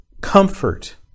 comfort